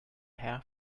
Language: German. herr